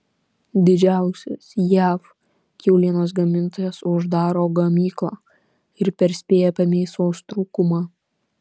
didžiausias jav kiaulienos gamintojas uždaro gamyklą ir perspėja apie mėsos trūkumą